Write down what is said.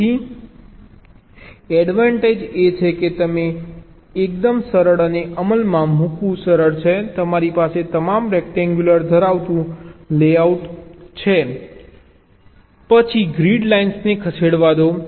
તેથી એડવાન્ટેજ એ છે કે તે એકદમ સરળ અને અમલમાં મૂકવું સરળ છે તમારી પાસે તમામ રેક્ટેન્ગ્યુલર ધરાવતું લેઆઉટ છે તમે ફક્ત ગ્રીડ ધારણ કરો છો અને તમે બ્લોક્સને ગ્રીડ સાથે ગોઠવવા માટે તેને ફરતે ખસેડો છો પછી ગ્રીડ લાઇન્સને ખસેડવા દો